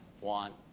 want